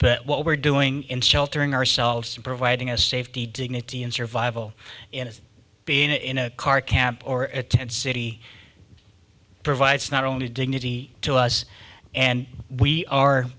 but what we're doing in sheltering ourselves and providing us safety dignity and survival in being in a car camp or at tent city provides not only dignity to us and we are